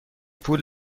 پول